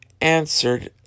answered